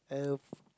uh